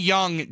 Young